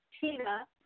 Tina